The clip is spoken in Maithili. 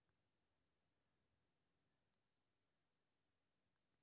हम आपन कोन कोन चीज के बिल भुगतान कर सके छी?